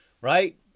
right